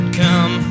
come